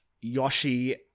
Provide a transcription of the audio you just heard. Yoshi